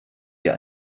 wir